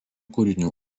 kūrinių